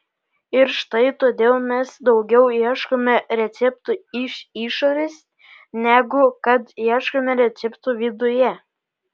ir štai todėl mes daugiau ieškome receptų iš išorės negu kad ieškome receptų viduje